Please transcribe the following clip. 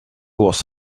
was